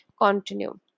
continue